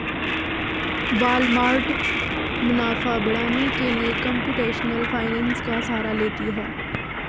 Walmart मुनाफा बढ़ाने के लिए कंप्यूटेशनल फाइनेंस का सहारा लेती है